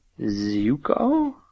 Zuko